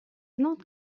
not